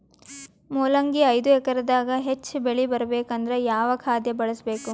ಮೊಲಂಗಿ ಐದು ಎಕರೆ ದಾಗ ಹೆಚ್ಚ ಬೆಳಿ ಬರಬೇಕು ಅಂದರ ಯಾವ ಖಾದ್ಯ ಬಳಸಬೇಕು?